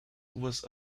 was